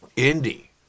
Indy